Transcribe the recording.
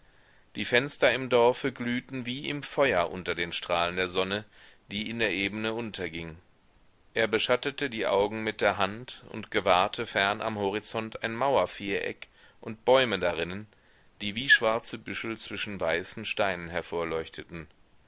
die fenster im dorfe glühten wie im feuer unter den strahlen der sonne die in der ebene unterging er beschattete die augen mit der hand und gewahrte fern am horizont ein mauerviereck und bäume darinnen die wie schwarze büschel zwischen weißen steinen